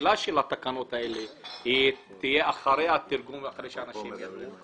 של התקנות האלה תהיה אחרי התרגום ואחרי שאנשים יראו.